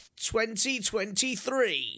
2023